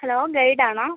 hello guide ആണോ